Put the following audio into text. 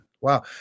Wow